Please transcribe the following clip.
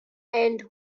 end